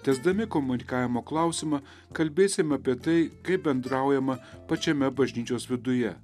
tęsdami komunikavimo klausimą kalbėsime apie tai kaip bendraujama pačiame bažnyčios viduje